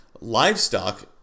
livestock